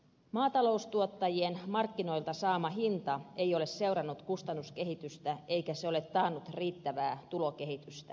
maataloustuottajien markkinoilta saama hinta ei ole seurannut kustannuskehitystä eikä se ole taannut riittävää tulokehitystä